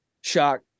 shock